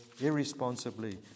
irresponsibly